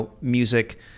music